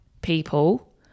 people